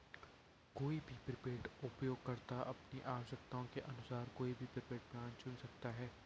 कोई भी प्रीपेड उपयोगकर्ता अपनी आवश्यकताओं के अनुरूप कोई भी प्रीपेड प्लान चुन सकता है